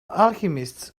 alchemists